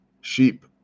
sheep